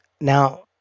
Now